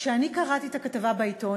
כשאני קראתי את הכתבה בעיתון,